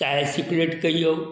चाहे सिगरेट कहिऔ